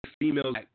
Females